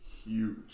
huge